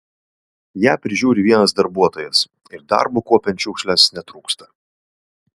ją prižiūri vienas darbuotojas ir darbo kuopiant šiukšles netrūksta